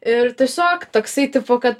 ir tiesiog toksai tipo kad